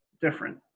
different